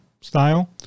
style